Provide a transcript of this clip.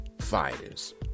fighters